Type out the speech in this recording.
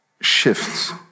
shifts